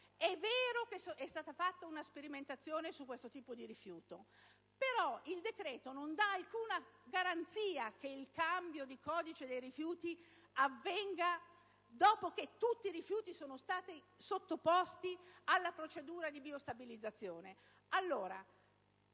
È vero che è stata fatta una sperimentazione su questo tipo di rifiuto, però il decreto non dà alcuna garanzia che il cambio del codice dei rifiuti avvenga dopo che tutti i rifiuti siano stati sottoposti alla procedura di biostabilizzazione.